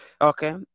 okay